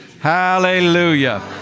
hallelujah